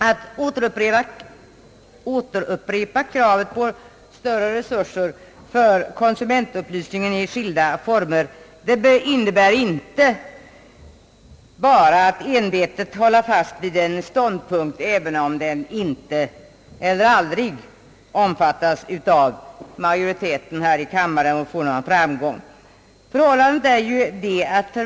Herr talman! Att återupprepa kravet på större resurser för konsumentupplysningen i skilda former innebär inte ett envetet fasthållande vid en ståndpunkt, även om den aldrig omfattas av majoriteten här i kammaren och fått någon större framgång.